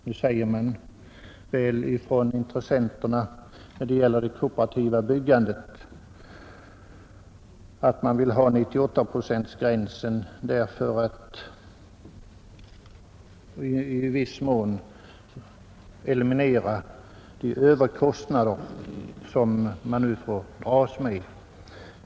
Nu säger väl intressenterna när det gäller det kooperativa byggandet att de vill ha 98-procentsgränsen för att i viss mån eliminera de överkostnader som man nu får dras med.